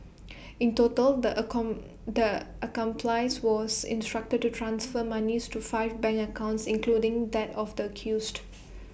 in total the account accomplice was instructed to transfer monies to five bank accounts including that of the accused